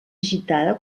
agitada